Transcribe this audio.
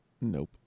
Nope